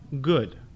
good